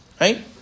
Right